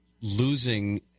losing